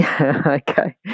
Okay